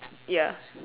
ya